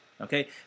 okay